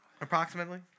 approximately